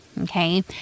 Okay